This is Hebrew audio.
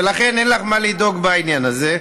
לכן אין לך מה לדאוג בעניין הזה.